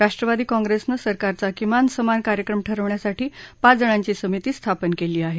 राष्ट्रवादी काँप्रेसनं सरकारचा किमान समान कार्यक्रम ठरवण्यासाठी पाच जणांची समिती स्थापन केली आहे